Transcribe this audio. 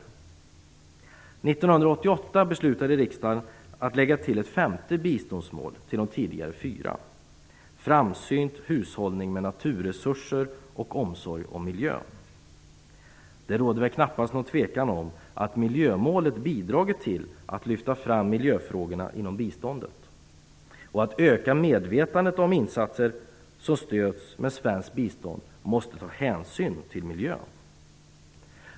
1988 beslutade riksdagen att lägga till ett femte biståndsmål till de tidigare fyra - framsynt hushållning med naturresurser och omsorg om miljön. Det råder väl knappast någon tvekan om att miljömålet bidragit till att lyfta fram miljöfrågorna inom biståndet och att öka medvetandet om att insatser som stöds med svenskt bistånd måste ta hänsyn till miljön.